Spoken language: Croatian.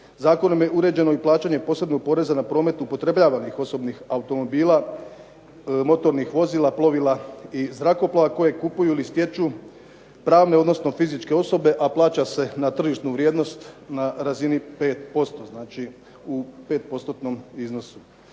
Zakonom je uređeno i plaćanje posebnog poreza na promet upotrebljavanih osobnih automobila, motornih vozila, plovila i zrakoplova kojeg kupuju ili stječu pravne odnosno fizičke osobe, a plaća se na tržišnu vrijednost na razini 5%. Znači, u